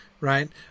right